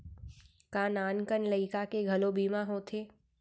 का नान कन लइका के घलो बीमा होथे?